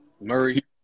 Murray